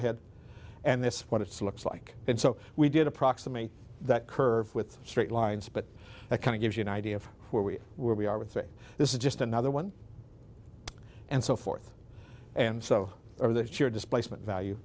ahead and this what it looks like and so we did approximate that curve with straight lines but that kind of gives you an idea of where we were we are with say this is just another one and so forth and so are this your displacement value